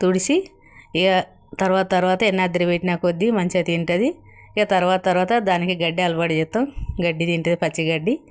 తుడిచి ఇక తర్వాత తర్వాత యనాద్రి పెట్టి కొద్ధి మంచిగా తింటుంది ఇక తర్వాత తర్వాత దానికి గడ్డి అలవాటు చేస్తాం గడ్డి తింటుంది పచ్చిగడ్డి